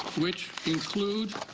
which include